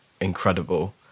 incredible